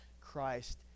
Christ